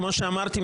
כמו שאמרתי,